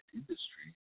industry